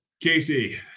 Casey